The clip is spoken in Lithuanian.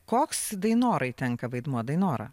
koks dainorai tenka vaidmuo dainora